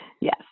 Yes